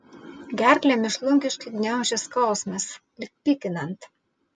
gerklę mėšlungiškai gniaužė skausmas lyg pykinant